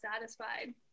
satisfied